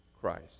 Christ